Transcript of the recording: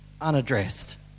unaddressed